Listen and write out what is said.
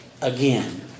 again